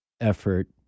effort